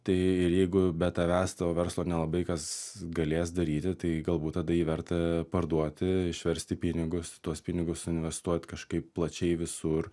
tai ir jeigu be tavęs to verslo nelabai kas galės daryti tai galbūt tada jį verta parduoti išverst į pinigus tuos pinigus investuot kažkaip plačiai visur